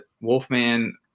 Wolfman